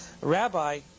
rabbi